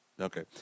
Okay